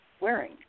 wearing